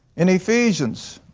and ephesians.